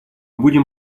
будем